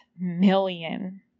million